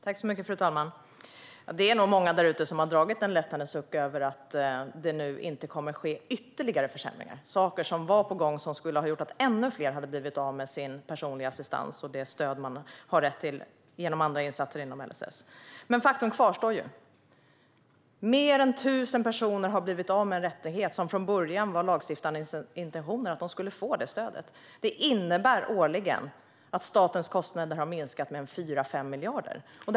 Fru talman! Det är nog många där ute som har dragit en lättnadens suck över att det inte kommer ytterligare försämringar. Saker var på gång som skulle ha lett till att ännu fler skulle bli av med sin personliga assistans, stöd och andra insatser som man har rätt till enligt LSS. Men faktum kvarstår: Mer än tusen personer har blivit av med en rättighet och ett stöd som det från början var lagstiftarens intentioner att de skulle få. Det innebär att statens kostnader har minskat med 4-5 miljarder årligen.